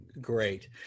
great